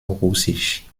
russisch